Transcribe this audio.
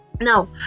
now